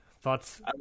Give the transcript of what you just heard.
Thoughts